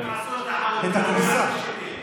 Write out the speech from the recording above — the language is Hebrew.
הם עשו את העבודה ביניהם.